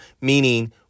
meaning